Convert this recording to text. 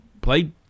played